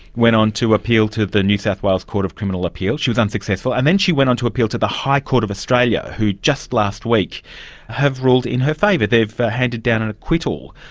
went on to appeal to the new south wales court of criminal appeal, she was unsuccessful, and then she went on to appeal to the high court of australia, who just last week have ruled in her favour, they've handed down an acquittal.